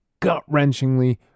gut-wrenchingly